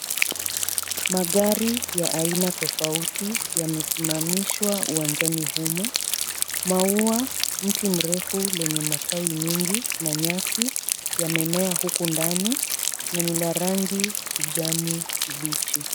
Magari ya aina tofauti yamesimamishwa uwanjani humu. Maua , mti mrefu lenye matawi mingi na nyasi yamemea huku ndani na ni la rangi kijani kibichi.